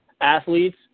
athletes